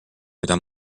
mida